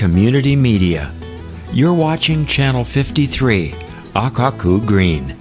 community media you're watching channel fifty three